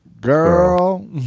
girl